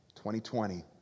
2020